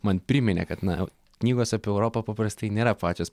man priminė kad na knygos apie europą paprastai nėra pačios